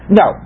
no